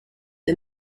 the